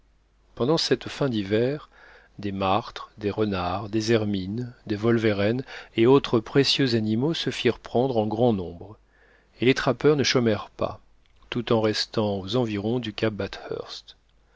pendant cette fin d'hiver des martres des renards des hermines des wolvérènes et autres précieux animaux se firent prendre en grand nombre et les trappeurs ne chômèrent pas tout en restant aux environs du cap